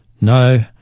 No